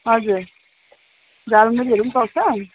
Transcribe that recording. हजुर झालमुरीहरूम् पाउँछ